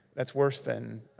that's worse than